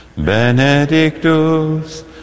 Benedictus